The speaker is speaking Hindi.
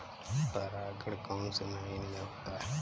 परागण कौन से महीने में होता है?